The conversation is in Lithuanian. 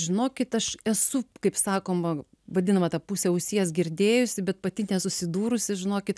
žinokit aš esu kaip sakoma vadinama ta puse ausies girdėjusi bet pati nesusidūrusi žinokit